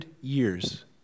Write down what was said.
years